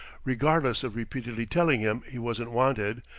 regardless of repeatedly telling him he wasn't wanted,